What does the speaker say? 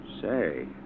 Say